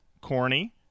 corny